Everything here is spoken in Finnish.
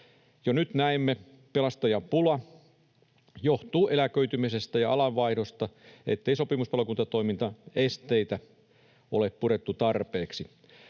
Jo nyt näemme, että pelastajapula johtuu eläköitymisestä ja alanvaihdosta ja siitä, ettei sopimuspalokuntatoiminnan esteitä ole purettu tarpeeksi.